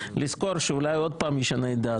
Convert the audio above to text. לזכור שאולי הוא עוד פעם ישנה את דעתו.